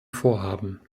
vorhaben